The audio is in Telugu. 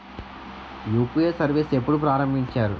యు.పి.ఐ సర్విస్ ఎప్పుడు ప్రారంభించారు?